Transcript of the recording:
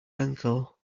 ankle